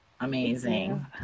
Amazing